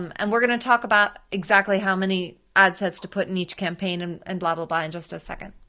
um and we're gonna talk about exactly how many ad sets to put in each campaign and and blah, blah, blah in just a second.